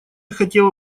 хотела